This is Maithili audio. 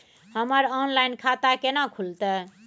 हमर ऑनलाइन खाता केना खुलते?